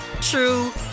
true